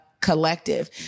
collective